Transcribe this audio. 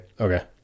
okay